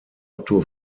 otto